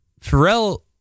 Pharrell